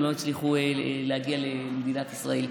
הם לא הצליחו להגיע למדינת ישראל.